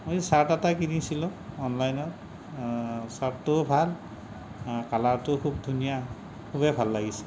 মই চাৰ্ট এটা কিনিছিলোঁ অনলাইনত চাৰ্টটোও ভাল কালাৰটোও খুব ধুনীয়া খুবেই ভাল লাগিছে